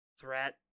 threat